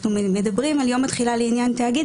יום התחילה לעניין תאגיד,